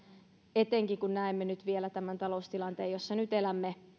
etenkin kun näemme nyt vielä tämän taloustilanteen jossa elämme